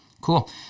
Cool